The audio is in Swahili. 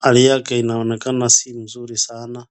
hali yake inaonekana sio vizuri sana.